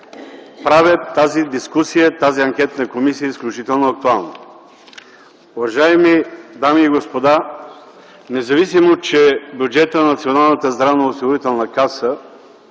правят тази дискусия, тази анкетна комисия изключително актуална. Уважаеми дами и господа, независимо че бюджетът на Националната здравноосигурителна каса